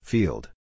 Field